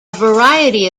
variety